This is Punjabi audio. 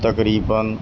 ਤਕਰੀਬਨ